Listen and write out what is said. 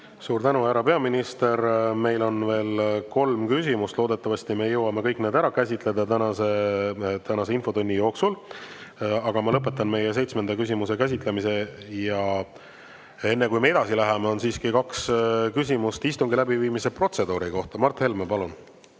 Suur tänu, härra peaminister! Meil on veel kolm küsimust. Loodetavasti jõuame me kõik need ära käsitleda tänase infotunni jooksul. Ma lõpetan meie seitsmenda küsimuse käsitlemise. Ja enne, kui me edasi läheme, on siiski kaks küsimust istungi läbiviimise protseduuri kohta. Mart Helme, palun!